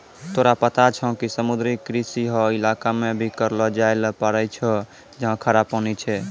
तोरा पता छौं कि समुद्री कृषि हौ इलाका मॅ भी करलो जाय ल पारै छौ जहाँ खारा पानी छै